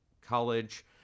college